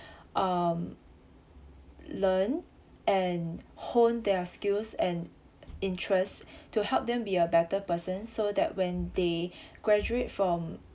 um learn and hone their skills and interests to help them be a better person so that when they graduate from